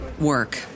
work